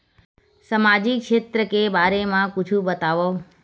सामजिक क्षेत्र के बारे मा कुछु बतावव?